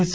H